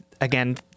Again